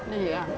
really ah